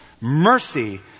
Mercy